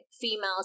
females